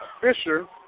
Fisher